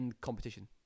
competition